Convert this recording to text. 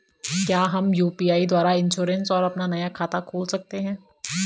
क्या हम यु.पी.आई द्वारा इन्श्योरेंस और अपना नया खाता खोल सकते हैं?